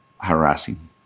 harassing